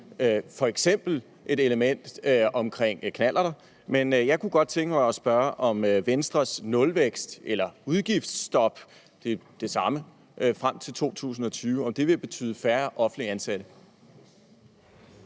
f.eks. et element om knallerter. Men jeg kunne godt tænke mig at spørge, om Venstres nulvækst eller udgiftsstop – det er det samme – frem til 2020 vil betyde færre offentligt ansatte.